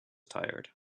tired